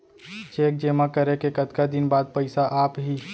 Cheque जेमा करे के कतका दिन बाद पइसा आप ही?